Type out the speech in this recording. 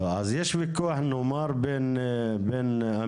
אז יש וויכוח נאמר בין הממשלות,